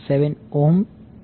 467 ohm મળશે